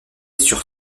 sur